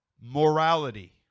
morality